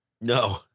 No